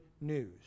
news